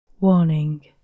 Warning